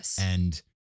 and-